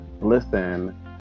listen